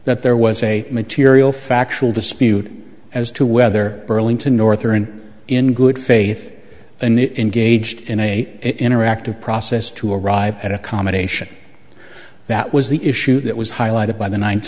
that there was a material factual dispute as to whether burlington north or in in good faith and engaged in a interactive process to arrive at accommodation that was the issue that was highlighted by the ninth